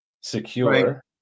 secure